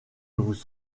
vous